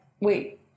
wait